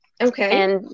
Okay